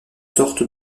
sorte